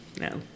no